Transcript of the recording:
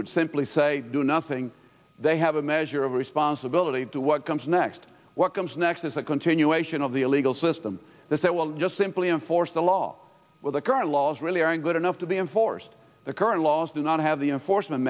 would simply say do nothing they have a measure of responsibility to what comes next what comes next is a continuation of the legal system that will just simply enforce the law where the current laws really aren't good enough to be enforced the current laws do not have the enforcement